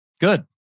good